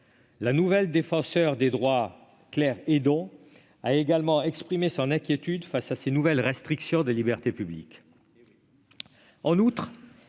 La nouvelle Défenseure des droits, Claire Hédon, a également exprimé son inquiétude face à ces nouvelles restrictions des libertés publiques.